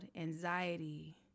anxiety